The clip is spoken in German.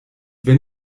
wenn